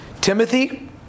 Timothy